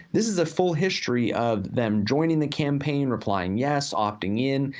this is a full history of them joining the campaign, replying yes, opting-in,